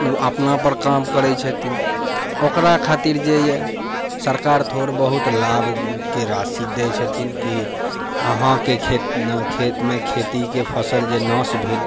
ओ अपना पर काम करै छथिन ओकरा खातिर जे यऽ सरकार थोड़ बहुत लाभके राशि दै छथिन कि अहाँके खेत खेतमे खेतीके फसल जे नाश भेल